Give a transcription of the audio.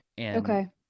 Okay